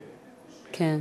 כן.